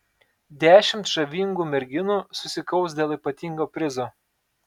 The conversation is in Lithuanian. dešimt žavingų merginų susikaus dėl ypatingo prizo